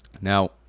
Now